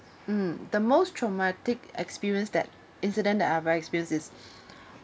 mm the most traumatic experience that incident that I ever experience is